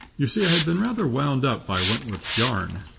you see, i had been rather wound-up by wentworth's yarn.